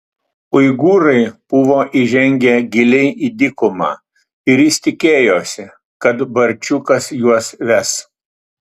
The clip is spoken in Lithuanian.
uigūrai buvo įžengę giliai į dykumą ir jis tikėjosi kad barčiukas juos ves